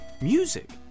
Music